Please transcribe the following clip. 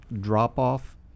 drop-off